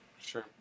Sure